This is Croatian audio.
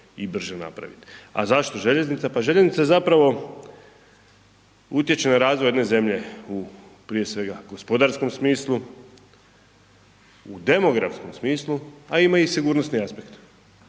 i brže napravit. A zašto željeznica? Pa željeznica zapravo utječe na razvoj jedne zemlje u, prije svega, gospodarskom smislu, u demografskom smislu, a ima i sigurnosni aspekt